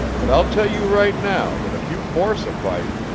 but i'll tell you right now that if you force a fight,